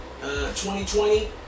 2020